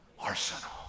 arsenal